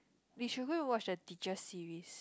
we should go and watch the teacher series